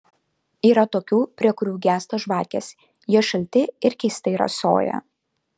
yra tokių prie kurių gęsta žvakės jie šalti ir keistai rasoja